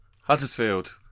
Huddersfield